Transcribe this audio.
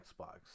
Xbox